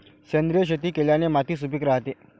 सेंद्रिय शेती केल्याने माती सुपीक राहते